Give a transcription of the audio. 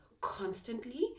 constantly